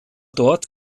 dort